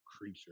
creature